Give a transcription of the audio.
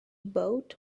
boat